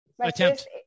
attempt